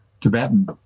Tibetan